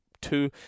two